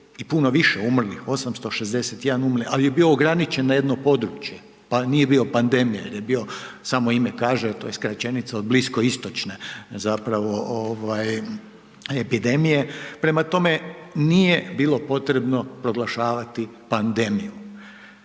i puno više umrlih, 861 umrli, ali je bio ograničen na jedno područje pa nije bio pandemija, jer je bio, samo ime kaže, to je skraćenica od bliskoistočne zapravo epidemije. Prema tome, nije bilo potrebno proglašavati pandemiju.